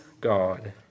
God